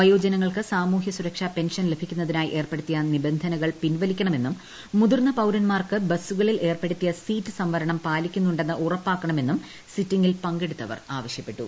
വയോജനങ്ങൾക്ക് സാമൂഹ്യ സുരക്ഷാ പെൻഷൻ ലഭിക്കുന്നതിനായി ഏർപ്പെടുത്തിയ നിബന്ധനകൾ പിൻവലിക്കണമെന്നും മുതിർന്ന പൌരന്മാർക്ക് ബസുകളിൽ ഏർപ്പെടുത്തിയ സീറ്റ് സംവരണം പാലിക്കുന്നുണ്ടെന്ന് ഉറപ്പാക്കണമെന്നും സിറ്റിംഗിൽ പങ്കെടുത്തവർ ആവശ്യപ്പെട്ടു